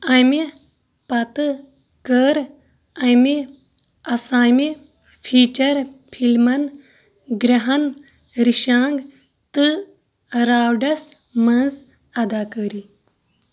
اَمہِ پتہٕ کٔر أمہِ آسامہِ فیٖچَر فِلمَن گرٛٮ۪ہن رِشانٛگ تہٕ راوڈس منٛز اداکٲری